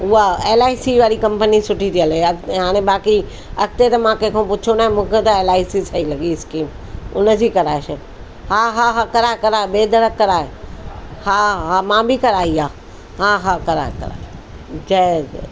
आ एलआईसी वारी कंपनी सुठी थी हले हाणे बाक़ी अॻिते त मां कंहिंखों पुछियो न आहे मूंखे त एलआईसी सही लॻी स्कीम उन जी कराए छॾु हा हा हा कराए कराए बेधड़क कराए हा हा मां बि कराई आहे हा हा कराए कराए जय